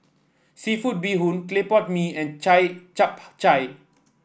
seafood Bee Hoon Clay Pot Mee and chai Chap Chai